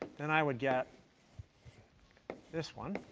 then i would get this one